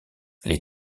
les